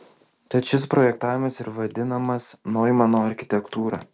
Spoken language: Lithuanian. tad šis projektavimas ir vadinamas noimano architektūra